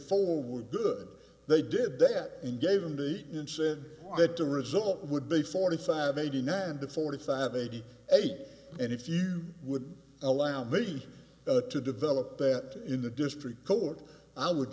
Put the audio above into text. were good they did that and gave them the incentive to result would be forty five eighty nine to forty five eighty eight and if you would allow me to develop that in the district court i would